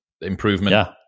improvement